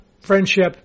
friendship